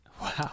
Wow